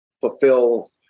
fulfill